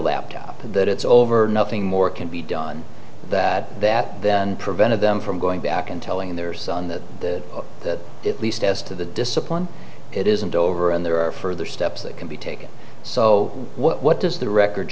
laptop and that it's over nothing more can be done that that then prevented them from going back and telling their son that at least as to the discipline it isn't over and there are further steps that can be taken so what does the record